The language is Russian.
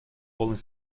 полный